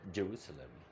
Jerusalem